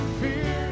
fear